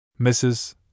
Mrs